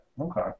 Okay